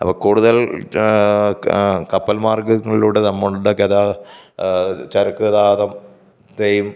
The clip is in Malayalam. അപ്പോള് കൂടുതൽ കപ്പൽ മാർഗങ്ങളിലൂടെ നമ്മളുടെ ചരക്കു ഗതാഗതത്തെയും